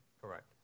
Correct